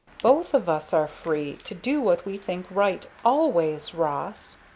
both of us are free to do what we think right, always ross!